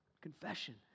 Confession